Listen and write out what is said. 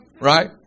Right